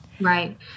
Right